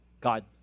God